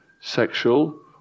sexual